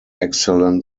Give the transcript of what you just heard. excellent